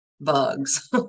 bugs